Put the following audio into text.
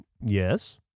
Yes